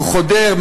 הוא חודר,